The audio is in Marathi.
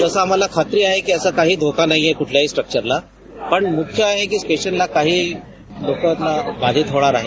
जसं आम्हाला खात्री आहे की काही धोका नाही कुठल्याही स्ट्रक्चरला पण मुख्य आहे की स्टेशनला काही लोकांना बाधित होणार आहे